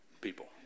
people